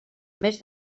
més